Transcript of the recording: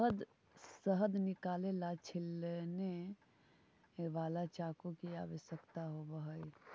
शहद निकाले ला छिलने वाला चाकू की आवश्यकता होवअ हई